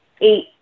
eight